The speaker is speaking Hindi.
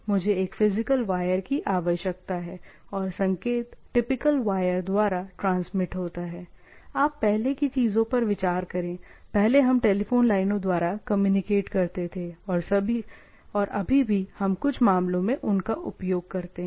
मुझे एक फिजिकल वायर की आवश्यकता है और संकेत टिपिकल वायर द्वारा ट्रांसमीट होता है आप पहले की चीजों पर विचार करें पहले हम टेलीफोन लाइनों द्वारा कम्युनिकेट करते थे और अभी भी हम कुछ मामलों में उनका उपयोग करते हैं